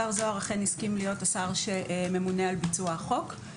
השר זוהר אכן הסכים להיות השר שממונה על ביצוע החוק,